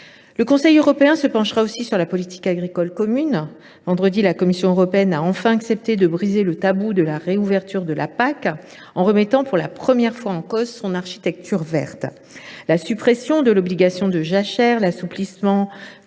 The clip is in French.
Le Conseil européen se penchera aussi sur la politique agricole commune. Vendredi dernier, la Commission européenne a enfin accepté de briser le tabou de la réouverture de la PAC, en remettant pour la première fois en cause son architecture verte. La suppression de l’obligation de jachères, l’assouplissement